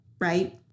right